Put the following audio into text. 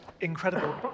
incredible